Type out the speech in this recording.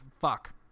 fuck